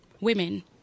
women